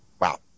wow